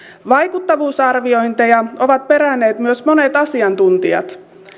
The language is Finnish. vaikuttavuusarviointeja ovat peränneet myös monet asiantuntijat